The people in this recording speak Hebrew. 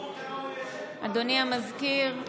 אדוני המזכיר,